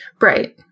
Right